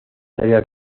áreas